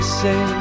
say